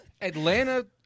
Atlanta